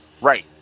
Right